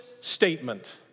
statement